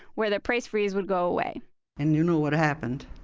where the price freeze would go away and you know what happened.